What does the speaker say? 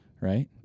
Right